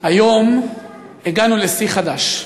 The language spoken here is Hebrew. היום הגענו לשיא חדש.